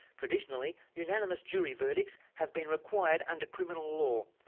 traditionally, unanimous jury verdicts have been required under criminal law,